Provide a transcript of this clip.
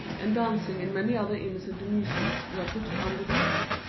and dancing and many other innocent amusements were put under the ban.